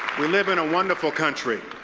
we live in a wonderful country.